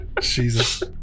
Jesus